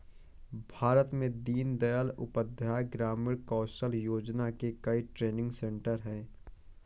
भारत में दीन दयाल उपाध्याय ग्रामीण कौशल योजना के कई ट्रेनिंग सेन्टर है